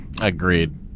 Agreed